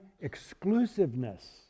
exclusiveness